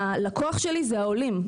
הכוח שלי זה העולים.